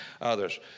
others